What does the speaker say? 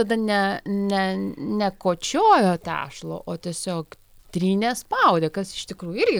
tada ne ne ne kočiojo tešlą o tiesiog trynė spaudė kas iš tikrųjų irgi